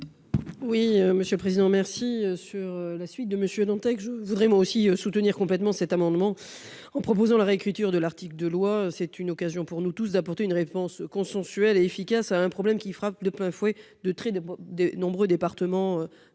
Oui, monsieur le président. Merci, sur la suite de monsieur Dantec je voudrais moi aussi soutenir complètement cet amendement en proposant la réécriture de l'article de loi, c'est une occasion pour nous tous d'apporter une réponse consensuelle et efficace à un problème qui frappe de plein fouet de tri de de nombreux départements